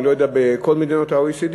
אני לא יודע על כל מדינות ה-OECD,